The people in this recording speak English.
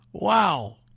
Wow